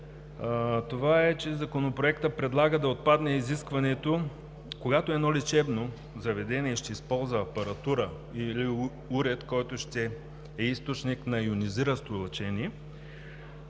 това е, че Законопроектът предлага да отпадне изискването, когато едно лечебно заведение ще използва апаратура или уред, който ще е източник на йонизиращо лъчение,